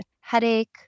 headache